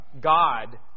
God